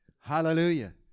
Hallelujah